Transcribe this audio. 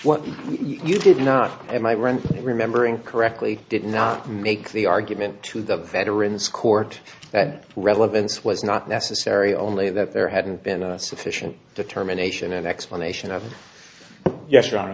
what you did not i might rent remembering correctly did not make the argument to the veterans court that relevance was not necessary only that there hadn't been a sufficient determination an explanation of yes